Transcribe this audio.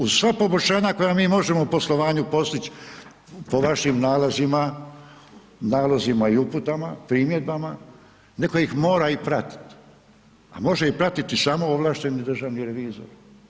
Uz sva poboljšanja, koja mi možemo u poslovanju postići, po vašim nalozima, uputama i primjedbama, netko ih mora i pratiti, a može ih pratiti samo ovlašteni državni revizor.